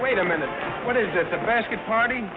wait a minute what is it the basket party